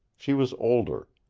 she was older.